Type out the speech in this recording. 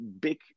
big